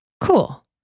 cool